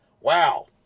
wow